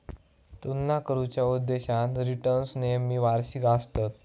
तुलना करुच्या उद्देशान रिटर्न्स नेहमी वार्षिक आसतत